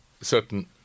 certain